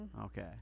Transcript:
Okay